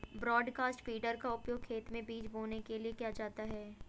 broadcast feeder का उपयोग खेत में बीज बोने के लिए किया जाता है